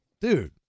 dude